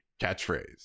catchphrase